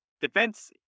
defense